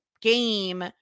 Game